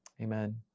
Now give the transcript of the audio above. amen